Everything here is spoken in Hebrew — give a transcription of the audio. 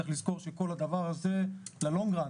צריך לזכור שכל הדבר הזה ב-long run,